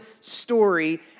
story